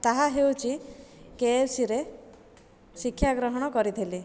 ତାହା ହେଉଚି କେଏଫସିରେ ଶିକ୍ଷାଗ୍ରହଣ କରିଥିଲି